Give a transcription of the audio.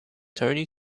toni